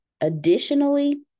Additionally